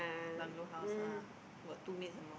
bungalow house lah got two maids some more